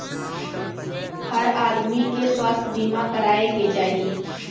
हर आदमी के स्वास्थ्य बीमा कराये के चाही